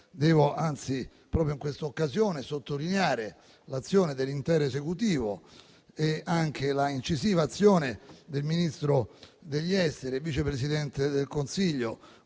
Anzi, proprio in questa occasione devo sottolineare l'azione dell'intero Esecutivo e anche l'incisiva azione del ministro degli esteri e vice presidente del Consiglio,